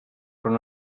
però